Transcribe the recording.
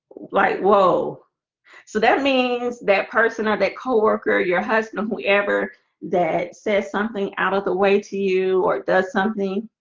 like whoa so that means that person or that co-worker your husband or whoever that says something out of the way to you or does something